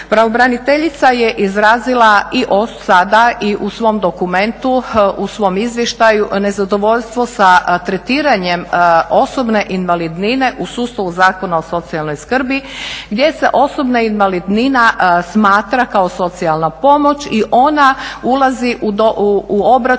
Pravobraniteljica je izrazili i sada i u svom dokumentu, u svom izvještaju nezadovoljstvo sa tretiranjem osobne invalidnine u sustavu Zakona o socijalnoj skrbi gdje se osobna invalidnina smatra kako socijalna pomoć i ona ulazi u obračun